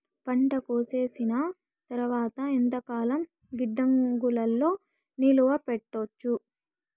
పంట కోసేసిన తర్వాత ఎంతకాలం గిడ్డంగులలో నిలువ పెట్టొచ్చు?